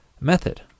method